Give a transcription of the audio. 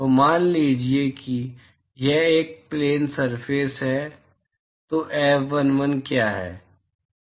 तो मान लीजिए कि यह एक प्लेन सरफेस है तो F11 क्या है